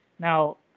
Now